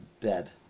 dead